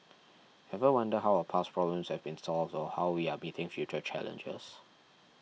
ever wonder how our past problems have been solved or how we are meeting future challenges